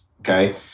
Okay